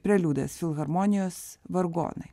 preliudas filharmonijos vargonai